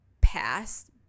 past